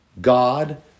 God